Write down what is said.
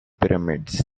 pyramids